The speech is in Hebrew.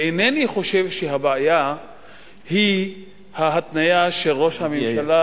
אינני חושב שהבעיה היא ההתניה של ראש הממשלה